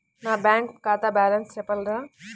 నా బ్యాంక్ ఖాతా బ్యాలెన్స్ చెప్పగలరా?